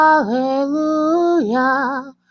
Hallelujah